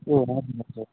ए हजुर हजुर